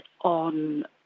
on